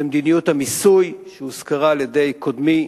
במדיניות המיסוי, שהוזכרה על-ידי קודמי,